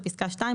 בפסקה (2),